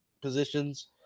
positions